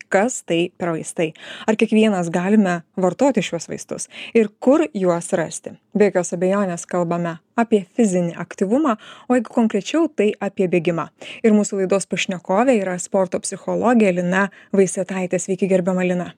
kas tai per vaistai ar kiekvienas galime vartoti šiuos vaistus ir kur juos rasti be jokios abejonės kalbame apie fizinį aktyvumą o jeigu konkrečiau tai apie bėgimą ir mūsų laidos pašnekovė yra sporto psichologė lina vaisetaitė sveiki gerbiama lina